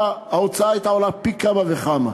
ההוצאה הייתה עולה פי כמה וכמה.